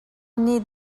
nih